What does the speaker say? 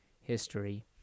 history